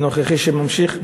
והנוכחי שממשיך,